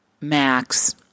Max